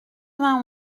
vingt